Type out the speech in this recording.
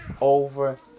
over